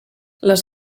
les